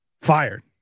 fired